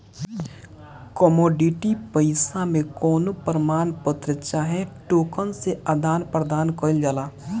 commodity पईसा मे कवनो प्रमाण पत्र चाहे टोकन से आदान प्रदान कईल जाला